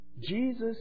Jesus